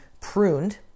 pruned